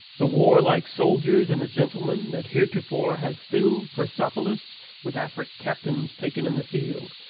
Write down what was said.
the warlike soldiers and the gentlemen, that heretofore have fill'd persepolis with afric captains taken in the field,